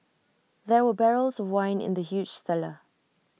there were barrels of wine in the huge cellar